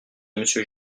monsieur